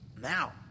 Now